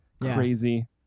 crazy